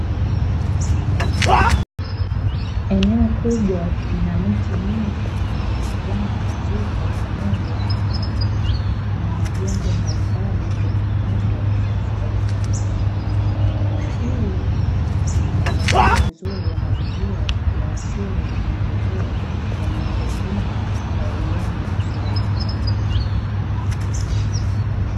Eneo kubwa lina miti mingi yenye majani mazito pamoja na majengo mbalimbali yenye miundo tofauti. Hii inaangazia uzuri wa mazingira ya asili na maendeleo ya miundombinu kwa uwiano mzuri.